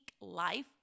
life